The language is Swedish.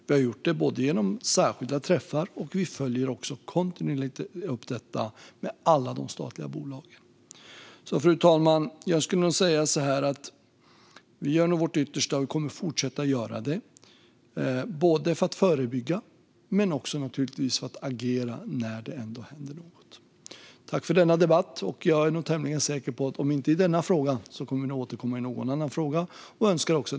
Vi har gjort det genom särskilda träffar, och vi följer också kontinuerligt upp detta med alla de statliga bolagen. Fru talman! Jag skulle nog säga att vi gör vårt yttersta och kommer att fortsätta att göra det, både för att förebygga och naturligtvis också för att agera när det ändå händer något. Tack för denna debatt! Jag är tämligen säker på att vi kommer att återkomma i någon fråga, om än inte i denna.